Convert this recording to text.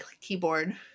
keyboard